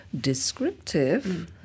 descriptive